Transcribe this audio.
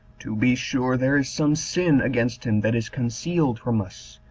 to be sure there is some sin against him that is concealed from us,